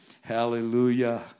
hallelujah